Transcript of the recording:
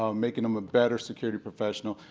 um making them a better security professional,